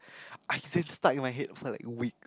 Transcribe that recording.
I can say stuck in my head for like a week